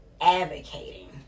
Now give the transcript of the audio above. advocating